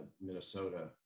Minnesota